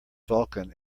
vulkan